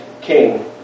king